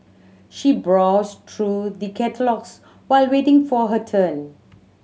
she browsed through the catalogues while waiting for her turn